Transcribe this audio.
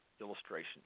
illustration